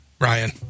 Ryan